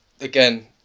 again